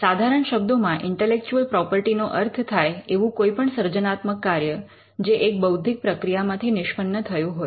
સાધારણ શબ્દોમાં intellectual property નો અર્થ થાય એવું કોઈ પણ સર્જનાત્મક કાર્ય જે એક બૌદ્ધિક પ્રક્રિયામાંથી નિષ્પન્ન થયું હોય